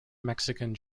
mexican